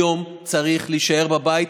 היום צריך להישאר בבית.